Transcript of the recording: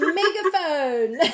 megaphone